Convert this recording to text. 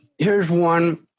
here's one